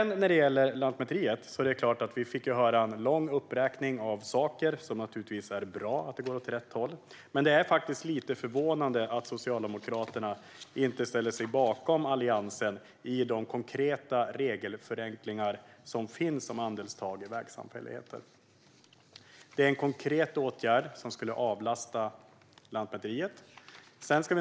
När det gäller Lantmäteriet fick vi höra en lång uppräkning av saker, och det är naturligtvis bra att det går åt rätt håll. Men det är lite förvånande att Socialdemokraterna inte ställer sig bakom Alliansen i de konkreta regelförenklingar som finns om andelstal i vägsamfälligheter. Detta är en konkret åtgärd som skulle avlasta Lantmäteriet.